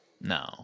No